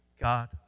God